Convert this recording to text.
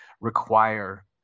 require